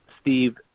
Steve